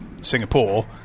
Singapore